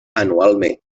anualment